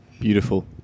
Beautiful